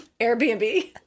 Airbnb